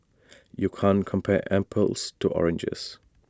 you can't compare apples to oranges